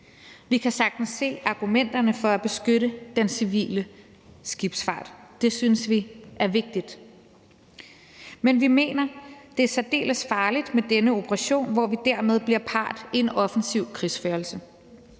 Vi kan sagtens se argumenterne for at beskytte den civile skibsfart – det synes vi er vigtigt – men vi mener, det er særdeles farligt med denne operation, hvor vi dermed bliver part i en offensiv krigsførelse.